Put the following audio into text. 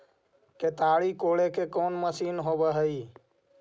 केताड़ी कोड़े के कोन मशीन होब हइ?